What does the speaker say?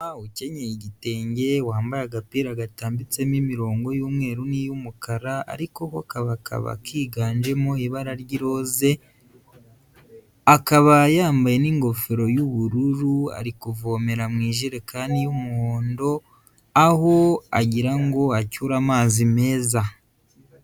Umumama ukenyeye igitenge wambaye agapira gatambitsemo imirongo y'umweru niy'umukara ariko ho kakaba kiganjemo ibara ry'iroze, akaba yambaye n'ingofero y'ubururu ari kuvomera mu ijerekani y'umuhondo, aho agira ngo acyure amazi meza.